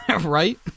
right